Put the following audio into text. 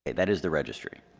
that is the registry